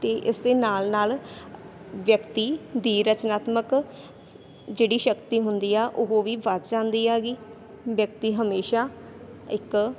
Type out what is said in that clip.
ਅਤੇ ਇਸ ਦੇ ਨਾਲ ਨਾਲ ਵਿਅਕਤੀ ਦੀ ਰਚਨਾਤਮਕ ਜਿਹੜੀ ਸ਼ਕਤੀ ਹੁੰਦੀ ਆ ਉਹ ਵੀ ਵੱਧ ਜਾਂਦੀ ਆ ਗੀ ਵਿਅਕਤੀ ਹਮੇਸ਼ਾਂ ਇੱਕ